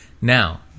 Now